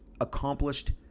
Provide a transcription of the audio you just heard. accomplished